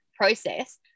process